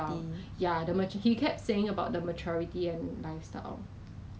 他的 string 他的 string 有些人是单单那种好像 normal surgical mask 的那种